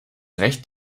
recht